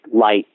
light